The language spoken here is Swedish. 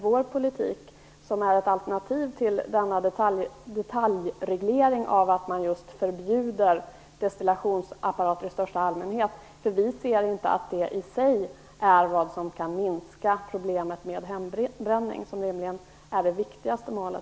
Vår politik är ett alternativ till denna detaljreglering som innebär att man förbjuder destillationsapparater i största allmänhet. Vi ser inte att detta i sig kan minska problemet med hembränning, vilket är det allra viktigaste målet.